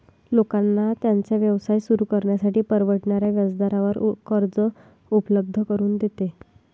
लोकांना त्यांचा व्यवसाय सुरू करण्यासाठी परवडणाऱ्या व्याजदरावर कर्ज उपलब्ध करून देते